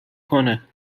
کنه